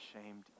ashamed